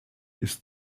ist